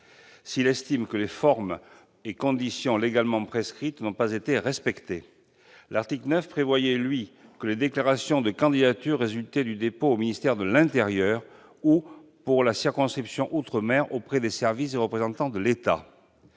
s'il estime que les formes et conditions légalement prescrites n'ont pas été respectées. L'article 9 prévoyait quant à lui que les déclarations de candidature résultaient du dépôt au ministère de l'intérieur ou, pour la circonscription outre-mer, auprès des services du représentant de l'État.